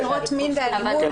בדיוק, זה גם בעבירות מין ואלימות.